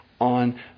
on